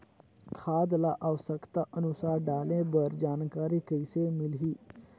खाद ल आवश्यकता अनुसार डाले बर जानकारी कइसे मिलही?